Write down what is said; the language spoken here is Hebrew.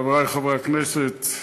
חברי חברי הכנסת,